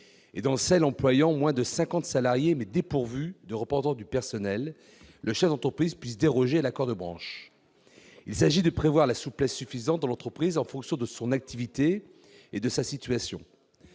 et dans celles employant moins de cinquante salariés dépourvues de représentant du personnel, le chef d'entreprise puisse déroger à l'accord de branche. Il s'agit de prévoir la souplesse suffisante dans l'entreprise en fonction de son activité et de sa situation.